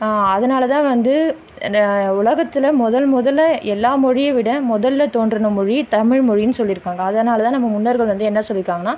அதனால் தான் வந்து ந உலகத்தில் முதல் முதல்ல எல்லா மொழியை விட முதல்ல தோன்றின மொழி தமிழ் மொழின்னு சொல்லிருக்காங்க அதனால் தான் நம்ம முன்னோர்கள் வந்து என்ன சொல்லிருக்காங்கன்னா